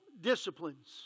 disciplines